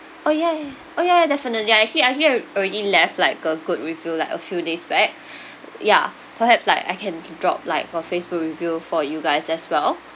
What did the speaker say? oh ya ya ya oh ya ya definitely I actually I actually alr~ already left like a good review like a few days back ya perhaps like I can d~ drop like a facebook review for you guys as well